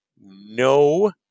No